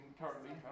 currently